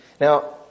Now